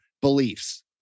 beliefs